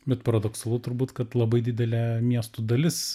bet paradoksalu turbūt kad labai didelė miestų dalis